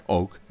ook